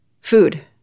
food